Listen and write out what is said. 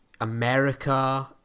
America